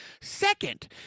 second